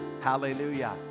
Hallelujah